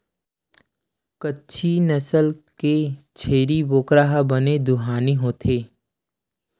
कच्छी नसल के छेरी बोकरा ह बने दुहानी होथे